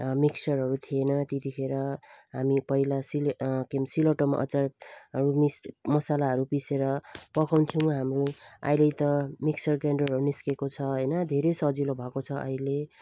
मिक्चरहरू थिएन त्यतिखेर हामी पहिला सिले के भन् सिलौटोमा अचारहरू मिक्स मसलाहरू पिसेर पकाउँथ्यौँ हामीहरू अहिले त मिक्सर ग्र्याइन्डरहरू निस्केको छ होइन धेरै सजिलो भएको छ अहिले